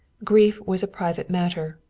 grief was a private matter,